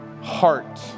heart